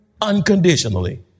unconditionally